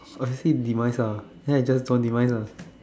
obviously demise lah like that just don't demise lah